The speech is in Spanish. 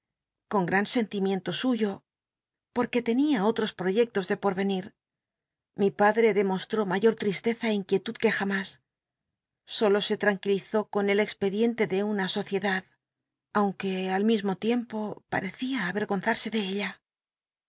con gran entimi cnto suyo potquc tenia ohos pt'oycetos do por onit mi padre demostró mayor llisleza ó inquiet ud quo jamás solo se ltanquilizó oon ol oxpcdiontc do una sociedad auncruc al mismo tiempo parooia arergonzarse de ella